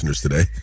today